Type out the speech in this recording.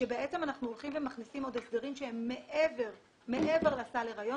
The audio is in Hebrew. אנחנו הולכים ומכניסים עוד הסדרים שהם מעבר לסל הריון